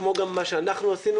כמו גם מה שאנחנו עשינו